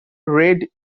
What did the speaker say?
red